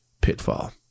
pitfall